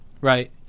right